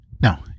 Now